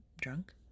drunk